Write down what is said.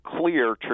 clear